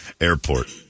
airport